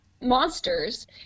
monsters